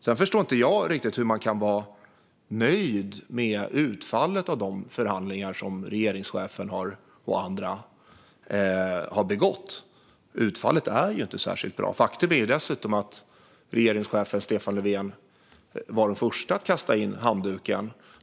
Sedan förstår jag inte riktigt hur man kan vara nöjd med utfallet av de förhandlingar som regeringschefen och andra har genomfört. Utfallet är ju inte särskilt bra. Faktum är dessutom att regeringschefen Stefan Löfven var den första att kasta in handduken.